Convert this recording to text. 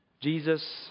Jesus